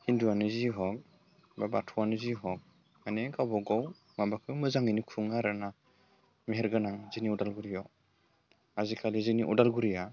हिन्दुआनो जि हक बा बाथौआनो जि हक माने गावबा गाव माबाखो मोजाङैनो खुङो आरो ना मेहेरगोनां जोंनि उदालगुरियाव आजिखालि जोंनि उदालगुरिया